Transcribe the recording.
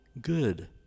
good